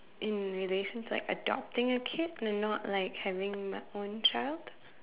in relations like adopting a kid and not like having my own child